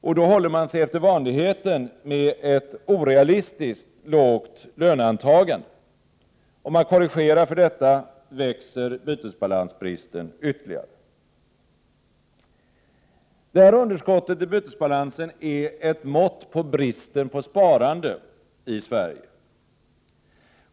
Och då håller man sig efter vanligheten med ett orealistiskt lågt löneantagande —- om man korrigerar för detta, växer bytesbalansbristen ytterligare. Underskottet i bytesbalansen är ett mått på bristen på sparande i Sverige.